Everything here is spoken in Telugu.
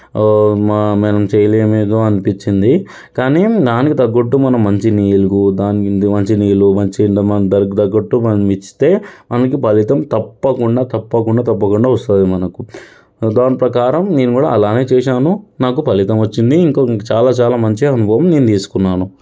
మా మనం చేయలేం ఏమో అనిపించింది కానీ దానికి తగ్గట్టు మనం మంచి నీళ్ళు దాని మంచి నీళ్ళు మంచి దానికి తగ్గట్టు మనం ఇస్తే మనకు ఫలితం తప్పకుండా తప్పకుండా తప్పకుండా వస్తుంది మనకు దాని ప్రకారం నేను కూడా అలానే చేసాను నాకు ఫలితం వచ్చింది ఇంకొ ఇంకొక చాలా చాలా మంచి అనుభవం నేను తీసుకున్నాను